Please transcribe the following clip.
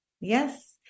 Yes